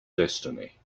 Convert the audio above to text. destiny